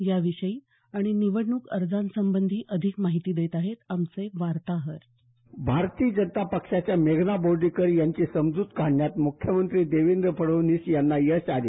याविषयी आणि निवडणूक अर्जांसंबंधी अधिक माहिती देत आहेत आमचे वार्ताहर भारतीय जनता पक्षाच्या मेघना बोर्डीकर यांची समजूत काढण्यात मुख्यमंत्री देवेंद्र फडणवीस यांना यश आले